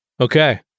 Okay